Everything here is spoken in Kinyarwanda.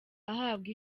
ahabwa